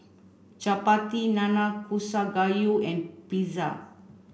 Chapati Nanakusa Gayu and Pizza